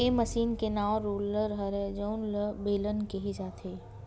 ए मसीन के नांव रोलर हरय जउन ल बेलन केहे जाथे